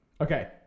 Okay